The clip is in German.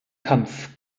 kampf